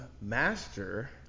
master